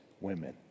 women